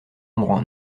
endroits